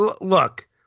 look